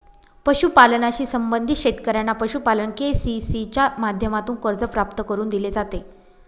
पशुपालनाशी संबंधित शेतकऱ्यांना पशुपालन के.सी.सी च्या माध्यमातून कर्ज प्राप्त करून दिले जाते